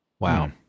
Wow